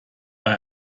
bei